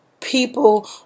people